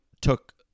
took